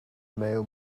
male